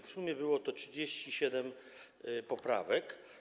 W sumie było to 37 poprawek.